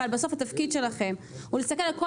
אבל בסוף התפקיד שלכם הוא להסתכל על כל